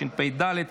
התשפ"ד 2024,